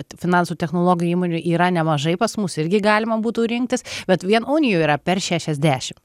finansų technologijų įmonių yra nemažai pas mus irgi galima būtų rinktis bet vien unijų yra per šešiasdešim